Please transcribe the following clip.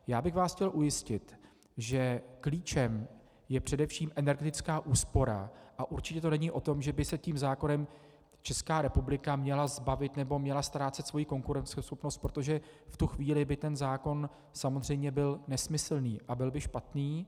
Chtěl bych vás ujistit, že klíčem je především energetická úspora, a určitě to není o tom, že by se tímto zákonem Česká republika měla zbavit nebo měla ztrácet svoji konkurenceschopnost, protože v tu chvíli by ten zákon byl samozřejmě nesmyslný a byl by špatný.